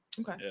Okay